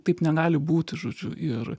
taip negali būti žodžiu ir